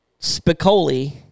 Spicoli